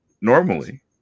Normally